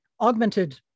augmented